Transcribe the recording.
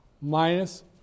minus